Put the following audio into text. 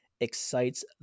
excites